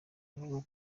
vuba